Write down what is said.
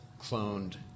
cloned